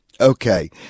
Okay